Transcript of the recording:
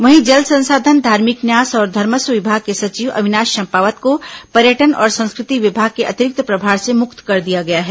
वहीं जल संसाधन धार्मिक न्यास और धर्मस्व विभाग के सचिव अविनाश चंपावत को पर्यटन और संस्कृति विभाग के अतिरिक्त प्रभार से मुक्त कर दिया गया है